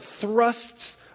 thrusts